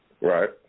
Right